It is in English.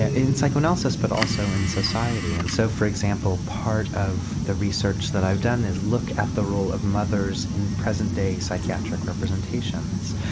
ah in psychoanalysis but also in society and so for example part of the research that i've done is look at the role of mothers in present day psychiatric representations.